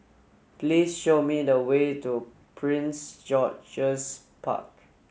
please show me the way to Prince George's Park